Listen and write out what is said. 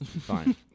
fine